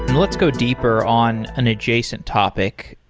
let's go deeper on an adjacent topic.